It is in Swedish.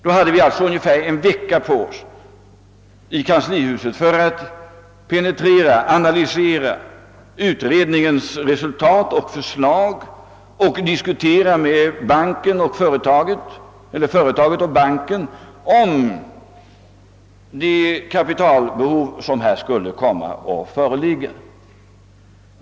Då hade vi alltså ungefär en vecka på oss i kanslihuset för att analysera utredningens resultat och förslag och för att diskutera med företaget och banken om det kapitalbehov som skulle komma att föreligga.